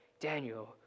Daniel